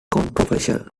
controversial